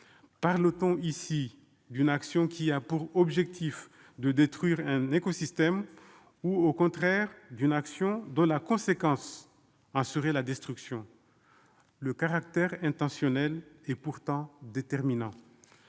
S'agit-il d'une action qui a pour objectif de détruire un écosystème ou, au contraire, d'une action dont la conséquence en serait la destruction ? À ce titre, le caractère intentionnel est déterminant.